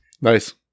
Nice